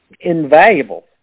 invaluable